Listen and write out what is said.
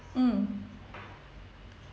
mm